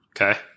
Okay